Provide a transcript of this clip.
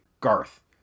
Garth